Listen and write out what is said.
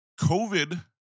COVID